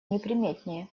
неприметнее